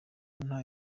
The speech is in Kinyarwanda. nta